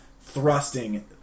thrusting